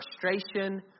frustration